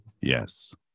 Yes